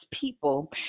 people